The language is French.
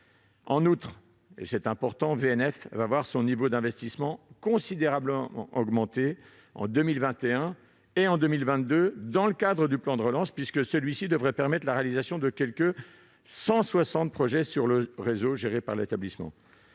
En outre, élément important, VNF va voir son niveau d'investissement considérablement augmenter en 2021 et en 2022 dans le cadre du plan de relance, puisque celui-ci devrait permettre la réalisation de quelque 160 projets sur le réseau géré par cet établissement.